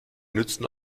nützen